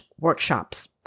workshops